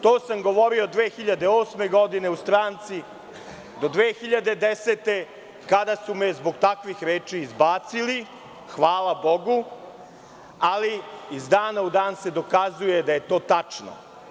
To sam govorio 2008. godine u stranci do 2010. godine kada su me zbog takvih reči izbacili, hvala Bogu, ali iz dana u dan se dokazuje da je to tačno.